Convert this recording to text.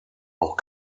auch